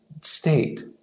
state